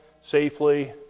safely